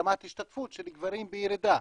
רמת השתתפות של גברים בירידה.